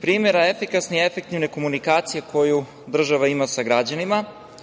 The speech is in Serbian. primera efikasne i efektivne komunikacije koju država ima sa građanima,